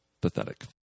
pathetic